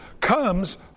comes